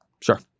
Sure